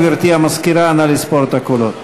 גברתי המזכירה, נא לספור את הקולות.